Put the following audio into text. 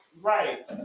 right